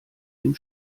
dem